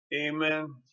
Amen